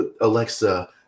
Alexa